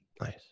Nice